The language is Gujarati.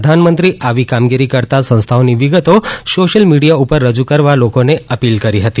પ્રધાનમંત્રી આવી કામગીરી કરતા સંસ્થાઓની વિગતો સોશ્યિલ મિડીયા ઉપર રજૂ કરવા લોકોને અપીલ કરી હતી